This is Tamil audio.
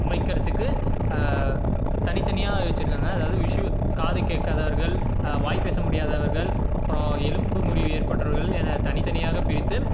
வைக்கிறத்துக்கு தனித்தனியாக வச்சுருக்காங்க அதாவது விஷு காது கேட்காதவர்கள் வாய்ப்பேச முடியாதவர்கள் அப்புறம் எலும்பு முறிவு ஏற்பட்டவர்கள் என தனித்தனியாக பிரித்து